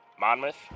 Monmouth